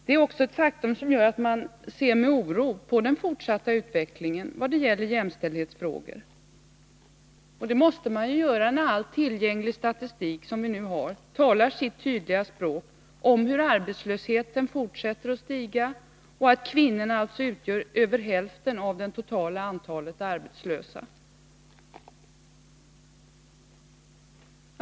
Det är också ett faktum som gör att man ser med oro på den fortsatta utvecklingen i vad det gäller jämställdhetsfrågor, och det måste man göra när all tillgänglig statistik som vi nu har talar sitt tydliga språk om hur arbetslösheten fortsätter att stiga och att kvinnorna utgör över hälften av det totala antalet arbetslösa.